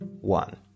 one